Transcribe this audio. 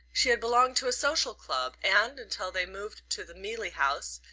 she had belonged to a social club, and, until they moved to the mealey house,